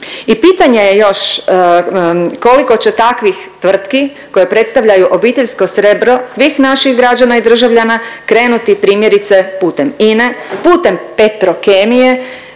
I pitanje je još koliko će takvih tvrtki koje predstavljaju obiteljsko srebro svih naših građana i državljana krenuti primjerice putem INE, putem Petrokemije